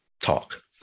talk